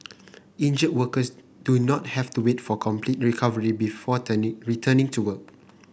injured workers do not have to wait for complete recovery before turning returning to work